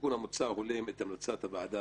התיקון המוצע הולם את המלצת הוועדה